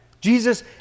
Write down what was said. Jesus